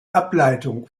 ableitung